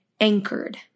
anchored